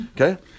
Okay